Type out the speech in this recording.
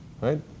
right